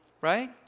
right